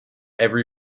every